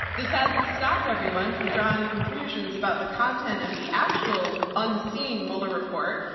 this hasn't stopped everyone from drawing conclusions about the content of the actual unseen mueller report,